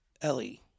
Ellie